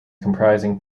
comprising